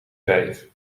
vijf